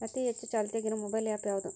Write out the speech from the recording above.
ಅತಿ ಹೆಚ್ಚ ಚಾಲ್ತಿಯಾಗ ಇರು ಮೊಬೈಲ್ ಆ್ಯಪ್ ಯಾವುದು?